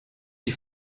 die